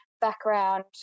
background